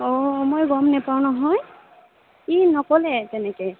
অঁ মই গম নেপাওঁ নহয় সি নক'লে তেনেকৈ